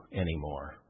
anymore